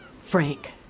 Frank